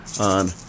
on